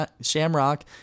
Shamrock